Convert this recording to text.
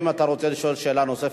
אם אתה רוצה לשאול שאלה נוספת,